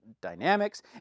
dynamics